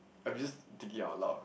I'm just thinking out aloud